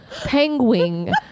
penguin